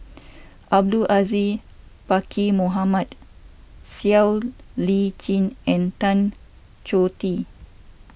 Abdul Aziz Pakkeer Mohamed Siow Lee Chin and Tan Choh Tee